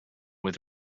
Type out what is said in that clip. with